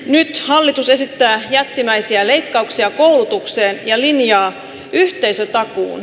nyt hallitus esittää jättimäisiä leikkauksia koulutukseen ja linjaa yhteisötakuun